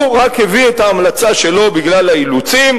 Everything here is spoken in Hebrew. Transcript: הוא רק הביא את ההמלצה שלו בגלל האילוצים,